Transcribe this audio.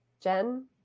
Jen